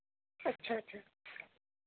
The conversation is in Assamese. আচ্ছা আচ্ছা